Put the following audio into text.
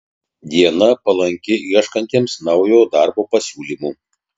diena palanki ieškantiems naujo darbo pasiūlymų